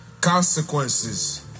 consequences